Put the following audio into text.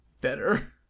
Better